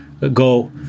Go